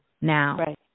Now